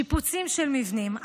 שיפוצים של מבנים,